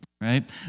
right